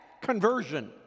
conversion